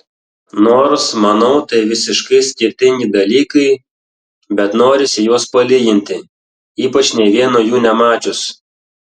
nors manau tai visiškai skirtingi dalykai bet norisi juos palyginti ypač nė vieno jų nemačius